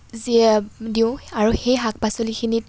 দিওঁ আৰু সেই শাক পাচলিখিনিত